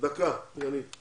בבקשה, דגנית.